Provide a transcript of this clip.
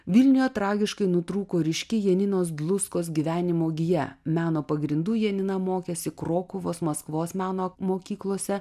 vilniuje tragiškai nutrūko ryški janinos gluskos gyvenimo gija meno pagrindų janina mokėsi krokuvos maskvos meno mokyklose